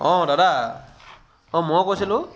অঁ দাদা অঁ মই কৈছিলোঁ